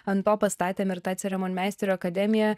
ant to pastatėm ir tą ceremonmeisterio akademiją